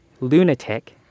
lunatic